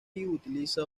utiliza